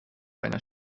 einer